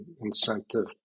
incentive